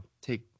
take